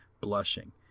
blushing